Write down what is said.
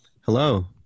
Hello